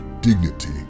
dignity